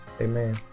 Amen